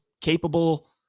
capable